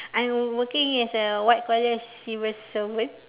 I'm working as a what you call that civil servant